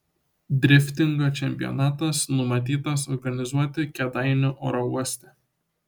driftingo čempionatas numatytas organizuoti kėdainių oro uoste